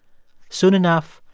soon enough,